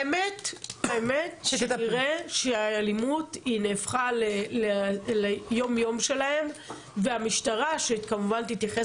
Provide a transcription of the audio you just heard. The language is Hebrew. האמת שנראה שהאלימות היא נהפכה ליום-יום שלהם והמשטרה שכמובן תתייחס